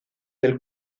del